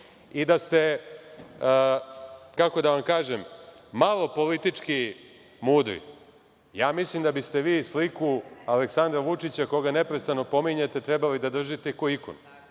Da ste, kako da vam kažem, malo politički mudri, mislim da biste vi sliku Aleksandra Vučića, koga neprestano spominjete, trebali da držite kao ikonu.